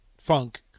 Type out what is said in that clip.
funk